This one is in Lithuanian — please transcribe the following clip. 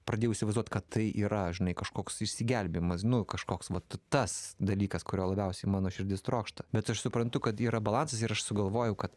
pradėjau įsivaizduot kad tai yra žinai kažkoks išsigelbėjimas nu kažkoks vat tas dalykas kurio labiausiai mano širdis trokšta bet aš suprantu kad yra balansas ir aš sugalvojau kad